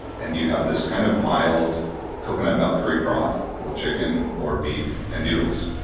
and you have this kind of mild coconut milk curry broth with chicken or beef and noodles.